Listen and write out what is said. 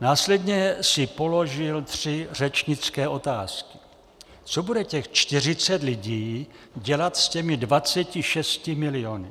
Následně si položil tři řečnické otázky: Co bude těch čtyřicet lidí dělat s těmi 26 miliony?